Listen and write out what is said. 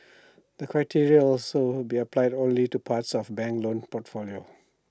the criteria also be applied only to parts of bank's loan portfolio